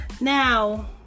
now